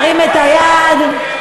זה לא יעבור.